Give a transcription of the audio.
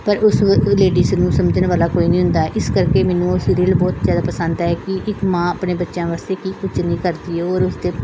ਪਰ ਉਸ ਲੇਡੀਸ ਨੂੰ ਸਮਝਣ ਵਾਲਾ ਕੋਈ ਨਹੀਂ ਹੁੰਦਾ ਇਸ ਕਰਕੇ ਮੈਨੂੰ ਉਹ ਸੀਰੀਅਲ ਬਹੁਤ ਜ਼ਿਆਦਾ ਪਸੰਦ ਆਇਆ ਕਿ ਇੱਕ ਮਾਂ ਆਪਣੇ ਬੱਚਿਆਂ ਵਾਸਤੇ ਕੀ ਕੁਛ ਨਹੀਂ ਕਰਦੀ ਔਰ ਉਸਦੇ